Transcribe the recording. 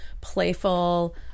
playful